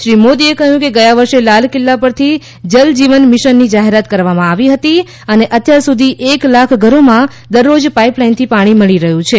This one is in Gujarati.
શ્રી મોદીએ કહ્યું કે ગયા વર્ષે લાલ કિલ્લા પરથી જલ જીવન મિશનની જાહેરાત કરવામાં આવી હતી અને અત્યાર સુધી એક લાખ ઘરોમાં દરરોજ પાઇપલાઇનથી પાણી મળી રહ્યું છે